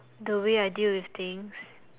the way I deal with things